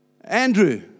Andrew